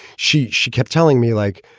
she she kept telling me, like,